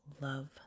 love